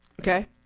Okay